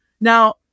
Now